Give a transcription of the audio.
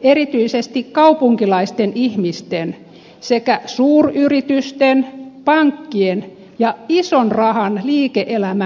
erityisesti kaupunkilaisten ihmisten sekä suuryritysten pankkien ja ison rahan liike elämän puolueena